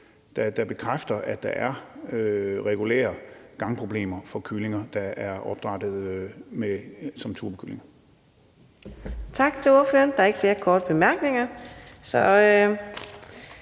der bekræfter, at der er regulære gangproblemer for kyllinger, der er opdrættet som turbokyllinger.